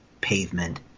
pavement